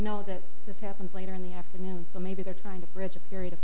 know that this happens later in the afternoon so maybe they're trying to bridge a period of